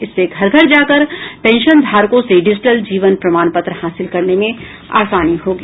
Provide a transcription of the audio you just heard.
इससे घर घर जाकर पेंशनधारकों से डिजिटल जीवन प्रमाण पत्र हासिल करने में आसानी होगी